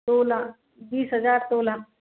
तोला बीस हजार तोला